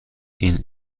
این